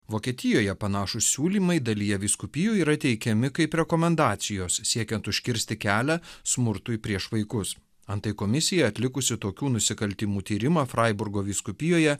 vokietijoje panašūs siūlymai dalyje vyskupijų yra teikiami kaip rekomendacijos siekiant užkirsti kelią smurtui prieš vaikus antai komisija atlikusi tokių nusikaltimų tyrimą fraiburgo vyskupijoje